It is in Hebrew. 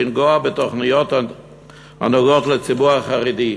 לנגוע בתוכניות הנוגעות לציבור החרדי.